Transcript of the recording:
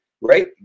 Right